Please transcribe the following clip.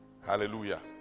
hallelujah